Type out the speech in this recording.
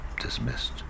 dismissed